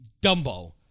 Dumbo